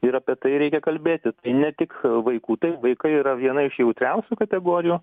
ir apie tai reikia kalbėti ne tik vaikų taip vaikai yra viena iš jautriausių kategorijų